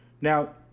Now